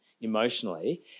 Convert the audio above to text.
emotionally